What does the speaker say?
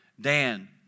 Dan